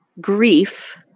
grief